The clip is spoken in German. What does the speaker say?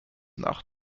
nach